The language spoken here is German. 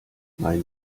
mein